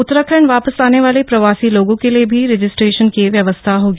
उत्तराखण्ड वापस आने वाले प्रवासी लोगों के लिए भी रजिस्ट्रेशन की व्यवस्था होगी